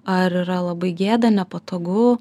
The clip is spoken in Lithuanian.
ar yra labai gėda nepatogu